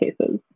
cases